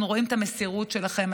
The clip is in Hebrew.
אנחנו רואים את המסירות שלכם.